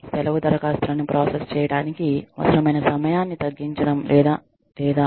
సెలవు దరఖాస్తులను ప్రాసెస్ చేయడానికి అవసరమైన సమయాన్ని తగ్గించడం లేదా లేదా